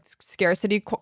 scarcity